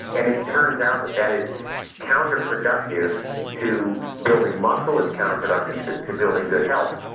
and it turns out that that is counterproductive to building muscle, it's counterproductive to to building good health.